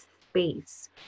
space